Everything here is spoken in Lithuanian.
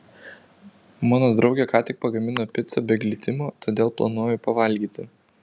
mano draugė ką tik pagamino picą be glitimo todėl planuoju pavalgyti